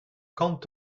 quand